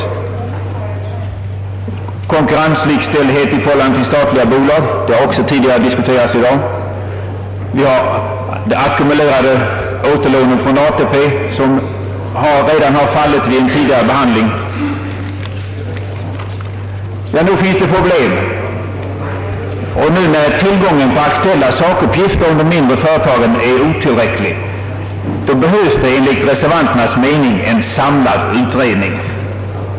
Vi har frågan om konkurrenslikställighet i förhållande till statliga bolag — den frågan har tidigare diskuterats i dag — och vi har frågan om ackumulerade återlån från ATP, som redan har fallit vid en tidigare behandling. Nog finns det problem, och nu när tillgången på aktuella sakuppgifter om de mindre företagen är otillräcklig behövs det enligt reservanternas mening en samlad utredning.